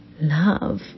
love